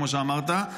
כמו שאמרת,